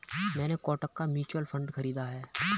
मैंने कोटक का mutual fund खरीदा है